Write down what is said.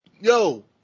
Yo